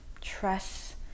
trust